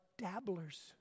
dabblers